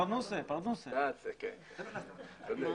שוב, תומר,